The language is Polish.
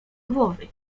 głowy